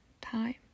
time